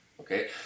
Okay